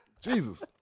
Jesus